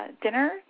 dinner